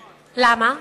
למה?